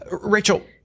Rachel